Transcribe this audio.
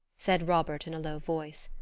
said robert in a low voice.